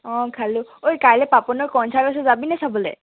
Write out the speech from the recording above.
অঁ খালোঁ ঐ কাইলৈ পাপনৰ কনছাৰ্ট আছে যাবিনি চাবলৈ